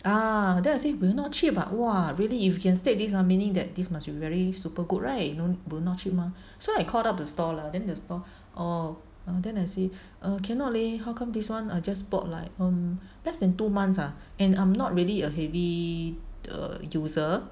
ah then I say will not chip ah !wah! really if can state this ah meaning that this must be very super good right you know will not chip mah so I called up the store right then the store orh then I say err cannot leh how come this one I just bought like mm less than two months ah and I'm not really a heavy err user